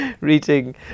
reading